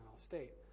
state